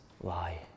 lie